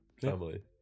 family